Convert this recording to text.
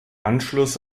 anschluss